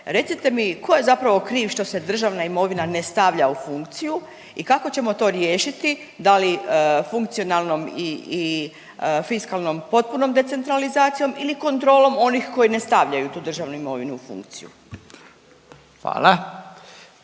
Recite mi tko je zapravo kriv što se državna imovina ne stavlja u funkciji i kako ćemo to riješiti da li funkcionalnom i fiskalnom potpunom decentralizacijom ili kontrolom onih koji ne stavljaju tu državnu imovinu u funkciju?